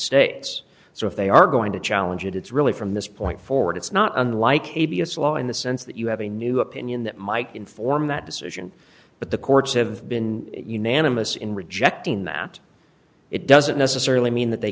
states so if they are going to challenge it it's really from this point forward it's not unlike k b s law in the sense that you have a new opinion that might inform that decision but the courts have been unanimous in rejecting that it doesn't necessarily mean that they